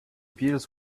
bills